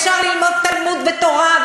אפשר ללמוד תלמוד ותורה,